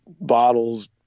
bottles